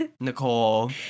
Nicole